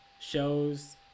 shows